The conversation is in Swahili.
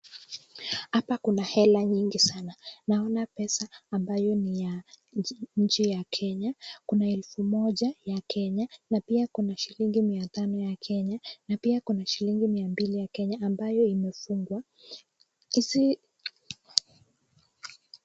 Hapa kuna hela nyingi sana. Naona pesa ambayo ni ya nchi ya Kenya. Kuna elfu moja ya Kenya na pia kuna shilingi mia tano ya Kenya na pia kuna shilingi mia mbili ya Kenya ambayo imefungwa. Hizi...